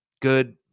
good